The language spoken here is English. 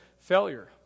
failure